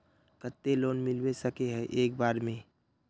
केते लोन मिलबे सके है एक बार में?